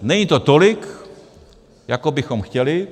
Není to tolik, jako bychom chtěli.